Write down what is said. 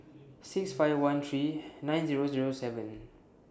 six five one three nine Zero Zero seven